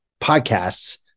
podcasts